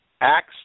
acts